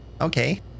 Okay